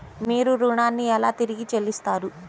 మీరు ఋణాన్ని ఎలా తిరిగి చెల్లిస్తారు?